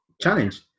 Challenge